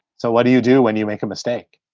so what do you do when you make a mistake?